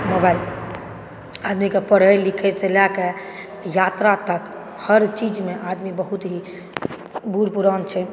mobile आदमी से पढ़य लिखय से ले के यात्रा तक हर चीजमे आदमी बहुत ही बुढ़ पुरान छै